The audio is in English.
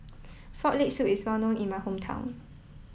frog leg soup is well known in my hometown